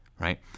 right